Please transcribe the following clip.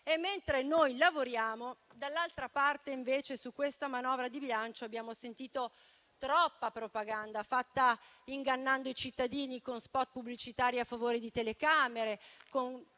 Mentre noi lavoriamo, dall'altra parte, invece, su questa manovra di bilancio abbiamo sentito troppa propaganda, fatta ingannando i cittadini con *spot* pubblicitari a favore di telecamere, con